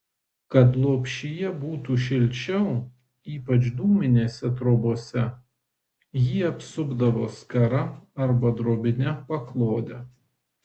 kad lopšyje būtų šilčiau ypač dūminėse trobose jį apsupdavo skara arba drobine paklode